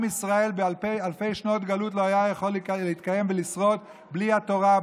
עם ישראל באלפי שנות גלות לא היה יכול להתקיים ולשרוד בלי התורה,